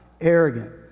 arrogant